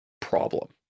problem